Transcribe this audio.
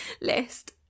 list